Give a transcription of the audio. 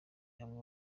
hamwe